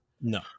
No